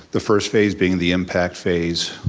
the first phase being the impact phase.